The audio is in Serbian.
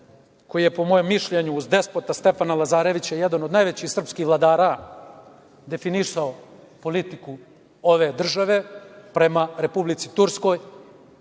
koji je po mom mišljenju uz Despota Stefana Lazarevića, jedan od najvećih srpskih vladara, definisao politiku ove države prema Republici Turskoj,